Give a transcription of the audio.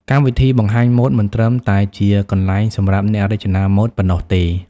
កម្មវិធីបង្ហាញម៉ូដមិនត្រឹមតែជាកន្លែងសម្រាប់អ្នករចនាម៉ូដប៉ុណ្ណោះទេ។